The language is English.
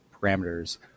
parameters